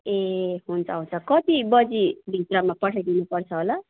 ए हुन्छ हुन्छ कति बजीभित्रमा पठाइदिनुपर्छ होला